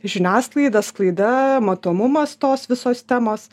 žiniasklaida sklaida matomumas tos visos temos